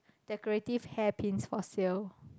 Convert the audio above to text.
decorative hairpins for sale